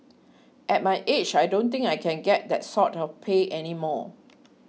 at my age I don't think I can get that sort of pay any more